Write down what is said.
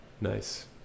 Nice